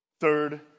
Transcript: Third